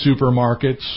supermarkets